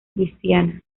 louisiana